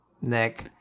Nick